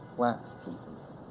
wax pleases.